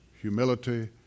humility